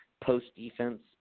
post-defense